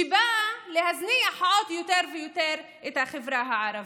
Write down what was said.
שבאה להזניח עוד יותר ויותר את החברה הערבית.